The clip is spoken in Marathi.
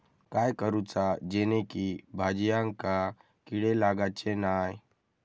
काय करूचा जेणेकी भाजायेंका किडे लागाचे नाय?